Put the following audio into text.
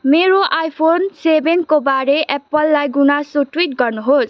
मेरो आइफोन सेभेनको बारे एप्पललाई गुनासो ट्विट गर्नुहोस्